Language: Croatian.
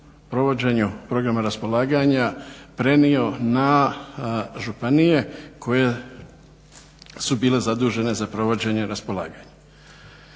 provođenju programa raspolaganja prenio na županije koje su bile zadužene za provođenje raspolaganju.